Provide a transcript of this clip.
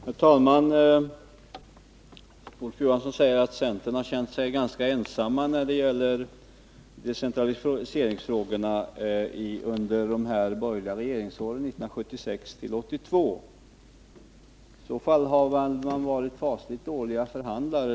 Herr talman! Olof Johansson säger att centern kände sig ganska ensam när det gällde decentraliseringsfrågorna under de borgerliga regeringsåren 1976-1982. I så fall har ni varit fasligt dåliga förhandlare.